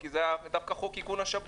כי זה היה דווקא חוק איכון השב"כ.